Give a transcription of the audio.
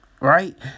right